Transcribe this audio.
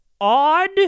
odd